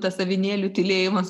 tas avinėlių tylėjimas